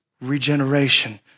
regeneration